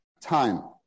time